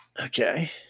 Okay